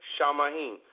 Shamahim